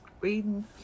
Reading